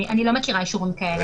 אני לא מכירה אישורים כאלה.